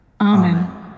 Amen